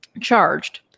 charged